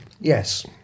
Yes